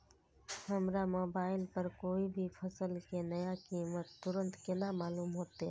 हमरा मोबाइल पर कोई भी फसल के नया कीमत तुरंत केना मालूम होते?